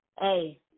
Hey